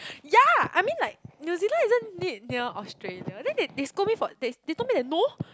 ya I mean like New-Zealand isn't it near Australia then they they scold me for this they told me that no